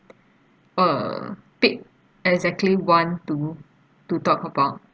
uh pick exactly one to to talk about